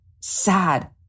sad